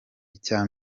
icya